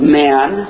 man